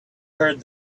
heard